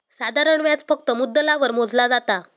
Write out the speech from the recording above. साधारण व्याज फक्त मुद्दलावर मोजला जाता